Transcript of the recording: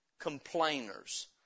complainers